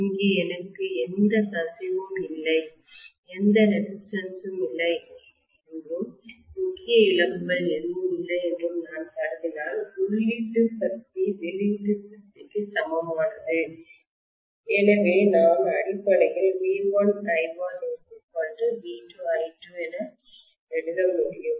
இங்கே எனக்கு எந்த கசிவும் இல்லை எந்த ரெசிஸ்டன்ஸ் ம் இல்லை என்றும் முக்கிய இழப்புகள் எதுவும் இல்லை என்றும் நான் கருதினால் உள்ளீட்டு சக்தி வெளியீட்டு சக்திக்கு சமமானது எனவே நான் அடிப்படையில் V1I1 V2I2 ஐ எழுத முடியும்